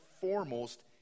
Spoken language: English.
foremost